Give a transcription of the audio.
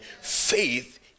Faith